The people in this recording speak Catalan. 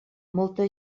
molta